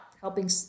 helping